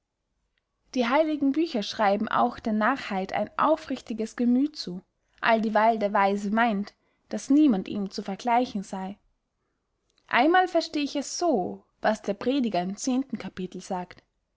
die heiligen bücher schreiben auch der narrheit ein aufrichtiges gemüth zu alldieweil der weise meynt daß niemand ihm zu vergleichen sey einmal versteh ich es so was der prediger im zehnten capitel sagt